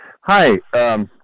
Hi